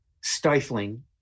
stifling